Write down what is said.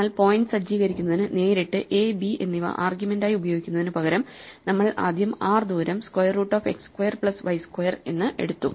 എന്നാൽ പോയിന്റ് സജ്ജീകരിക്കുന്നതിന് നേരിട്ട് a b എന്നിവ ആർഗ്യുമെന്റായി ഉപയോഗിക്കുന്നതിനുപകരം നമ്മൾ ആദ്യം r ദൂരം square root of X square plus y square എന്ന് എടുത്തു